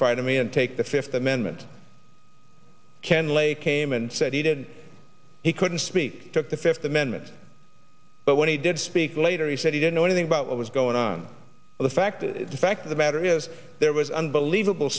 front of me and take the fifth amendment ken lay came and said he did he couldn't speak took the fifth amendment but when he did speak later he said he didn't know anything about what was going on the fact the fact of the matter is there was unbelievable